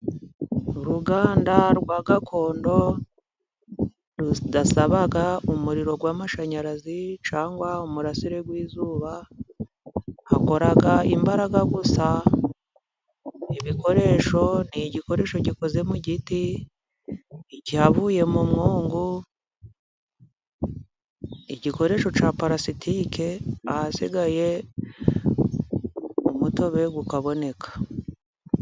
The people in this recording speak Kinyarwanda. Uruganda rwa gakondo rudasaba umuriro w'amashanyarazi cyangwa umurasire w'izuba, hakora imbaraga gusa, ibikoresho ni igikoresho gikoze mu giti, icyavuye mu mwungu, igikoresho cya palasitike ahasigaye umutobe ukaboneka.